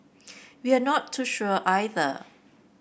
we are not too sure either